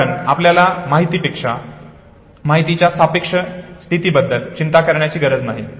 कारण आपल्याला माहितीच्या सापेक्ष स्थितीबद्दल चिंता करण्याची गरज नाही